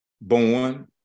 born